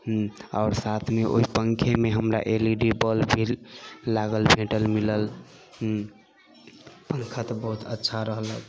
आओर साथमे ओहि पङ्खामे हमरा L E D bulb free लागल भेटल मिलल पङ्खा तऽ बहुत अच्छा तऽ रहलक